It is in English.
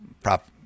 prop